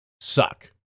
suck